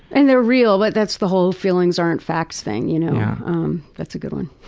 and they're real but that's the whole feelings aren't facts thing. you know um that's a good one.